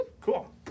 Cool